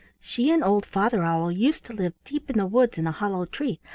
she and old father owl used to live deep in the woods in a hollow tree,